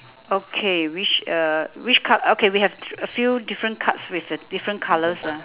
okay which uh which card~ okay we have a few different cards with uh different colours ah